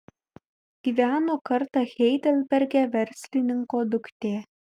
gyveno kartą heidelberge verslininko duktė